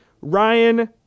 Ryan